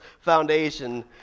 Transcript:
foundation